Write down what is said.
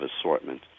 assortment